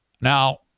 now